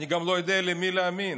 אני גם לא יודע למי להאמין.